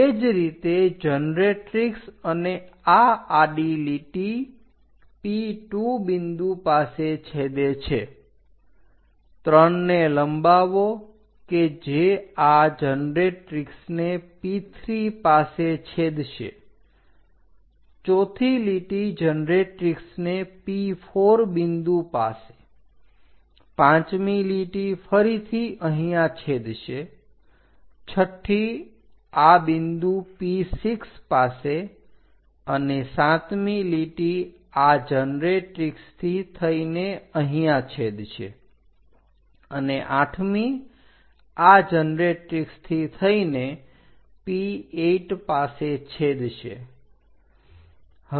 તે જ રીતે જનરેટ્રીક્ષ અને આ આડી લીટી P2 બિંદુ પાસે છેદે છે 3 ને લંબાવો કે જે આ જનરેટ્રીક્ષને P3 પાસે છેદશે ચોથી લીટી જનરેટ્રીક્ષને P4 બિંદુ પાસે પાંચમી લીટી ફરીથી અહીંયા છેદશે છઠ્ઠી આ બિંદુ P6 પાસે અને સાતમી લીટી આ જનરેટ્રીક્ષથી થઈને અહીંયા છેદશે અને આઠમી આ જનરેટ્રીક્ષથી થઈને P8 પાસે છેદશે